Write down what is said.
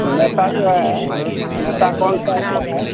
नेता जो है नेता कौन सा अच्छा है